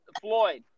Floyd